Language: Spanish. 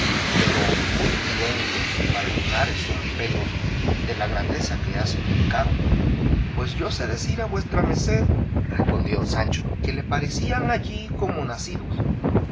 pero muy luengos para lunares son pelos de la grandeza que has significado pues yo sé decir a vuestra merced respondió sancho que le parecían allí como nacidos